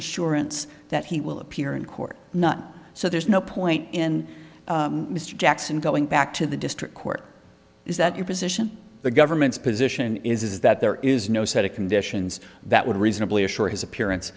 assurance that he will appear in court not so there's no point in mr jackson going back to the district court is that your position the government's position is that there is no set of conditions that would reasonably assure his appearance